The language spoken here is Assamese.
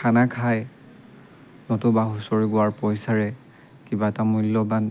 খানা খাই নতুবা হুঁচৰি গোৱাৰ পইচাৰে কিবা এটা মূল্যবান